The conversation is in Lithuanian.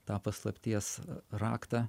tą paslapties raktą